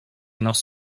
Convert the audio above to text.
nos